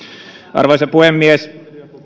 arvoisa puhemies